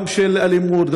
גם של אלימות,